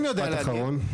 משפט אחרון.